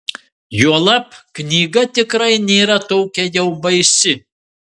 juolab knyga tikrai nėra tokia jau baisi